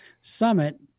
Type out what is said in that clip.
summit